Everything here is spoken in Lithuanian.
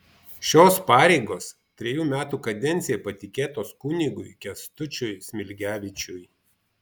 šios pareigos trejų metų kadencijai patikėtos kunigui kęstučiui smilgevičiui